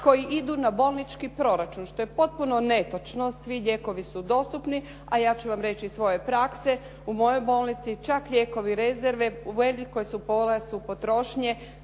koji idu na bolnički proračun što je potpuno netočno. Svi lijekovi su dostupni, a ću vam reći iz svoje prakse, u mojoj bolnici čak lijekovi rezerve u velikom su porastu potrošnje.